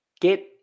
get